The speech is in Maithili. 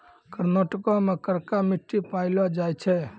कर्नाटको मे करका मट्टी पायलो जाय छै